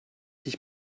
dich